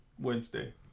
Wednesday